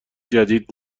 جدید